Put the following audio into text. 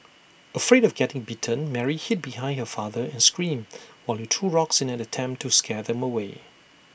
afraid of getting bitten Mary hid behind her father and screamed while he threw rocks in an attempt to scare them away